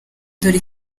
dore